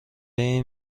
این